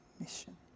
Mission